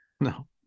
No